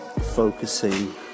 focusing